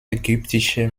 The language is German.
ägyptische